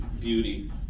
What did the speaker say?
beauty